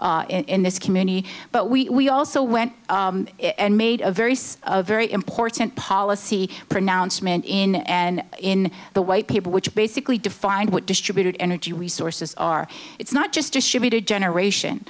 in this community but we also went and made a very small a very important policy pronouncement in and in the white paper which basically defined what distributed energy resources are it's not just distributed generation